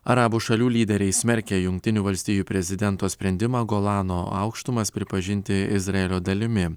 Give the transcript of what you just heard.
arabų šalių lyderiai smerkia jungtinių valstijų prezidento sprendimą golano aukštumas pripažinti izraelio dalimi